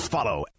Follow